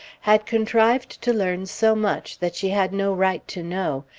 had contrived to learn so much that she had no right to know,